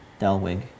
Delwig